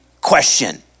question